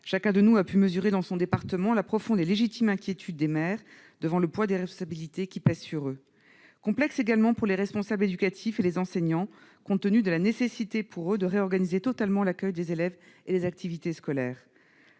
chacun de nous a pu mesurer, dans son département, la profonde et légitime inquiétude des maires devant le poids des responsabilités qui pèsent sur eux. Complexe, elle l'est également pour les responsables éducatifs et les enseignants, compte tenu de la nécessité pour eux de réorganiser totalement l'accueil des élèves et les activités scolaires.